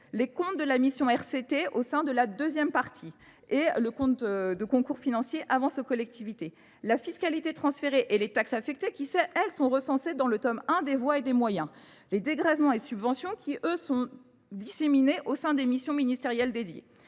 les comptes de la mission RCT au sein de la deuxième partie et le compte de concours financiers avant ce collectivité. La fiscalité transférée et les taxes affectées qui sont elles sont recensées dans le tome 1 des voies et des moyens. Les dégrèvements et subventions qui eux sont disséminés au sein des missions ministérielles dédiées.